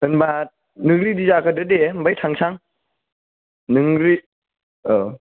होनबा नों रेदि जाखादो दे आमफाय थांसां नों रेदि औ